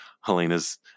Helena's